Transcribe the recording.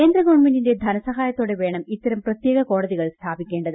കേന്ദ്ര ഗവൺമെന്റിന്റെ ധനസഹായത്തോടെ വേണം ഇത്തരം പ്രത്യേക കോടതികൾ സ്ഥാപിക്കേണ്ടത്